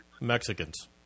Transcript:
mexicans